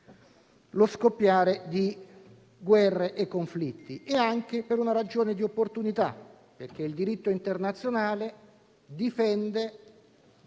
lo scoppiare di guerre e conflitti e anche per una ragione di opportunità: il diritto internazionale difende gli